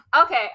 Okay